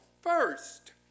first